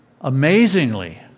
amazingly